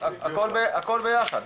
הכול ביחד.